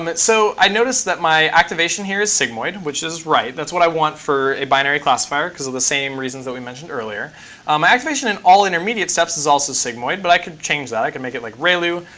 um so i noticed that my activation here is sigmoid, which is right. that's what i want for a binary classifier because of the same reasons that we mentioned earlier. my um activation in all intermediate steps is also sigmoid, but i could change that. i could make it like relu.